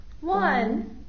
one